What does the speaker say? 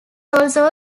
also